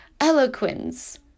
eloquence